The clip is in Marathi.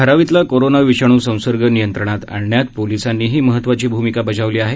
धारावीतला कोरोना विषाणू संसर्ग नियंत्रणात आणण्यात पोलिसांनीही महत्वाची भूमिका बजावली आहे